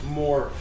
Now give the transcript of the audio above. more